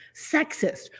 sexist